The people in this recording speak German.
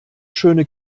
schöne